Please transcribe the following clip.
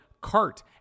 cart